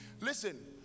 Listen